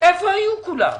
איפה היו כולם?